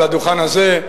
על הדוכן הזה,